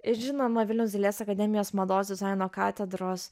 ir žinoma vilniaus dailės akademijos mados dizaino katedros